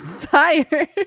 tired